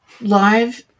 live